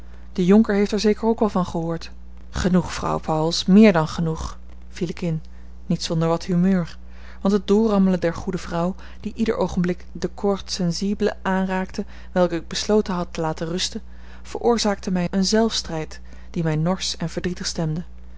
de jonker heeft er zeker ook wel van gehoord genoeg vrouw pauwels meer dan genoeg viel ik in niet zonder wat humeur want het doorrammelen der goede vrouw die ieder oogenblik de corde sensible aanraakte welke ik besloten had te laten rusten veroorzaakte mij een zelfstrijd die mij norsch en verdrietig stemde